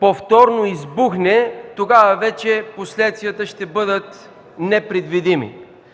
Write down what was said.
повторно избухне, тогава вече последствията ще бъдат непредвидими.